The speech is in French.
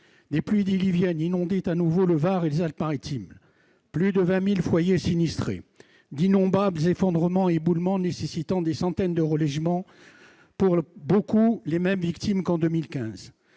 des pluies diluviennes inondaient de nouveau le Var et les Alpes-Maritimes, avec plus de 20 000 foyers sinistrés et d'innombrables effondrements et éboulements nécessitant des centaines de relogements. Pour beaucoup, il s'agit des mêmes victimes qu'en 2015.